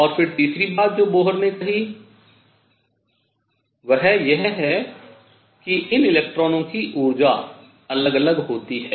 और फिर तीसरी बात जो बोहर ने कही है वह यह है कि इन इलेक्ट्रॉनों की ऊर्जा अलग अलग होती है